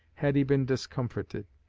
had he been discomfited.